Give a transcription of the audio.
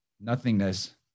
nothingness